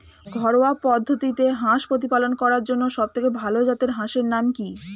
ঘরোয়া পদ্ধতিতে হাঁস প্রতিপালন করার জন্য সবথেকে ভাল জাতের হাঁসের নাম কি?